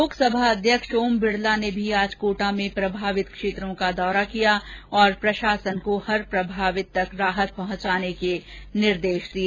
लोकसभा अध्यक्ष ओम बिरला ने भी आज कोटा मं प्रभावित क्षेत्रों का दौरा किया और प्रशासन को हर प्रभावित तक राहत पहुँचाने के निर्देश दिए